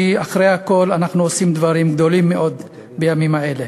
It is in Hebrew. כי אחרי הכול אנחנו עושים דברים גדולים מאוד בימים האלה.